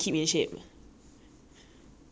oh my god I just added one more thing !aiya!